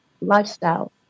lifestyle